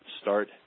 start